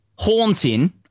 haunting